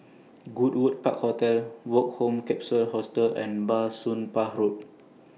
Goodwood Park Hotel Woke Home Capsule Hostel and Bah Soon Pah Road